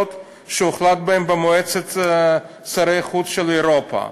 שהוחלט עליהן במועצת שרי החוץ של אירופה.